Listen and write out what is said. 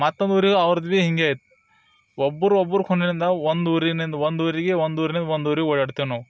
ಮತ್ತೊಂದು ಊರಿಗೆ ಅವ್ರ್ದು ಭಿ ಹೀಗೆ ಆಯ್ತು ಒಬ್ಬರು ಒಬ್ಬರ ಖೂನಿನಿಂದ ಒಂದು ಊರಿನಿಂದ ಒಂದು ಊರಿಗೆ ಒಂದು ಊರಿನಿಂದ ಒಂದು ಊರಿಗೆ ಓಡಾಡ್ತೇವೆ ನಾವು